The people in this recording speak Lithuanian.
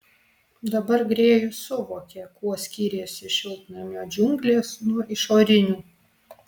dabar grėjus suvokė kuo skyrėsi šiltnamio džiunglės nuo išorinių